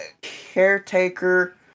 caretaker